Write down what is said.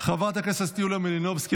חברת הכנסת יוליה מלינובסקי,